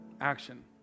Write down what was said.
action